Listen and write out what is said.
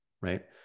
Right